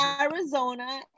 arizona